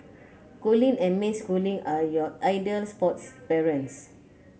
Colin and May Schooling are your ideal sports parents